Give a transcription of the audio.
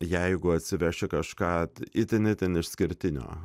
jeigu atsiveši kažką itin itin išskirtinio